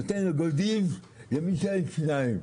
נותן אגוזים למי שאין שיניים.